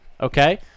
okay